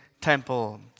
temple